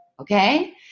Okay